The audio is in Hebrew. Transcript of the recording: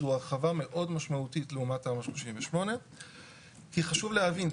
זו הרחבה מאוד משמעותית לעומת תמ"א 38. כי חשוב להבין,